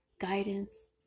guidance